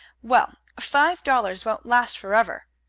well, five dollars won't last forever,